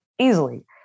easily